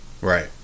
Right